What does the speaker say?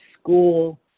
school